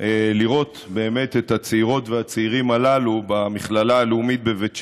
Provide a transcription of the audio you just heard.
לראות את הצעירות והצעירים הללו במכללה הלאומית בבית שמש,